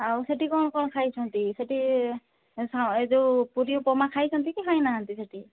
ଆଉ ସେଠି କ'ଣ କ'ଣ ଖାଇଛନ୍ତି ସେଠି ଏଇ ଯେଉଁ ପୁରି ଉପମା ଖାଇଛନ୍ତି କି ଖାଇ ନାହାନ୍ତି ସେଇଠି